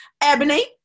Ebony